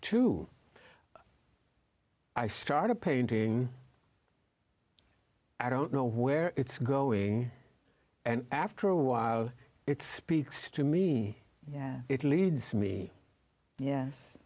true i started painting i don't know where it's going and after a while it speaks to me yeah it leads me yes